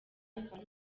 akaba